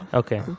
okay